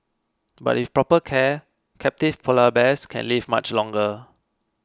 but with proper care captive Polar Bears can live much longer